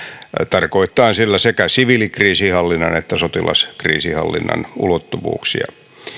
tarkoittaen sillä sekä siviilikriisinhallinnan että sotilaskriisinhallinnan ulottuvuuksia